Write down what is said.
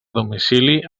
domicili